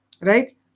right